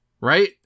right